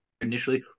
initially